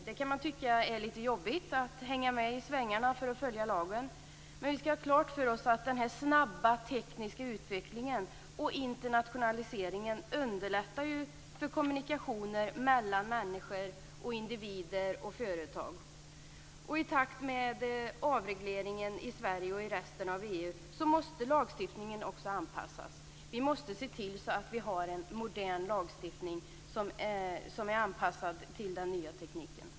Man kan tycka att det är lite jobbigt att hänga med i svängarna för att kunna följa lagen, men vi skall ha klart för oss att den här snabba tekniska utvecklingen och internationaliseringen underlättar för kommunikationer mellan människor, individer och företag. I och med avregleringen i Sverige och i resten av EU måste lagstiftningen anpassas. Vi måste se till att vi har en modern lagstiftning som är anpassad till den nya tekniken.